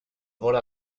vora